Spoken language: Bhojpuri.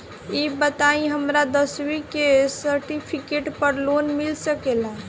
ई बताई हमरा दसवीं के सेर्टफिकेट पर लोन मिल सकेला?